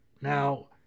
Now